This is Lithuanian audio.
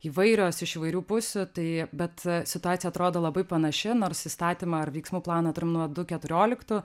įvairios iš įvairių pusių tai bet situacija atrodo labai panaši nors įstatymą ar veiksmų planą turim nuo du keturioliktų